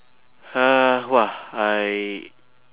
!huh! !wah! I